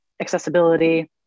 accessibility